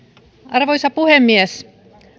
arvoisa puhemies